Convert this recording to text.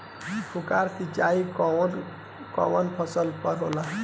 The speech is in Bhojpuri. फुहार सिंचाई कवन कवन फ़सल पर होला?